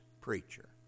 preacher